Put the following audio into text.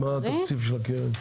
מה התקציב של הקרן?